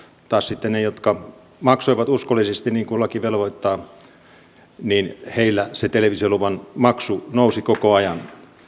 taas sitten niillä jotka maksoivat uskollisesti niin kuin laki velvoittaa se televisioluvan maksu nousi koko ajan